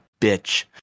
bitch